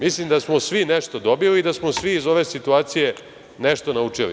Mislim da smo svi nešto dobili, da smo svi nešto iz ove situacije naučili.